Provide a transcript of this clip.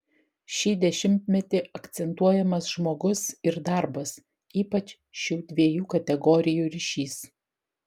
šį dešimtmetį akcentuojamas žmogus ir darbas ypač šių dviejų kategorijų ryšys